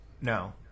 No